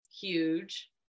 huge